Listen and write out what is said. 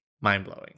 mind-blowing